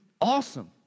awesome